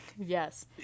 Yes